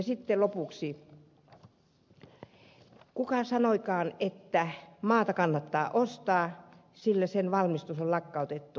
sitten lopuksi kuka sanoikaan että maata kannattaa ostaa sillä sen valmistus on lakkautettu